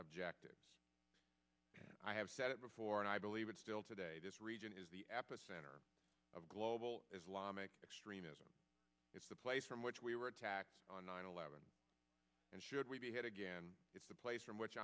objectives i have said it before and i believe it still today this region is the epicenter of global islamic extremism it's the place from which we were attacked on nine eleven and should we be hit again it's a place from which